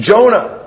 Jonah